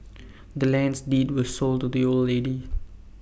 the land's deed was sold to the old lady